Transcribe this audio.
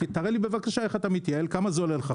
תראה לי בבקשה כמה זה עולה לך,